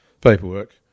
paperwork